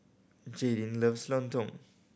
Jaydin loves lontong